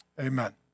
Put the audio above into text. amen